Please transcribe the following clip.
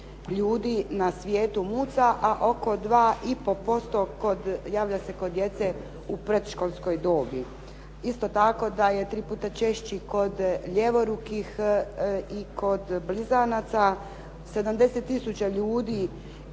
ljudi na svijetu muca, a oko 2 i pol posto javlja se kod djece u predškolskoj dobi. Isto tako da je tri puta češći kod ljevorukih i kod blizanaca, 70 tisuća ljudi